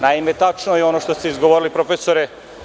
Naime, tačno je ono što ste izgovorili profesore.